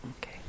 Okay